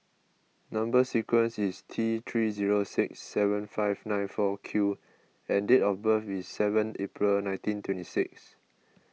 Number Sequence is T three zero six seven five nine four Q and date of birth is seven April nineteen twenty six